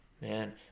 man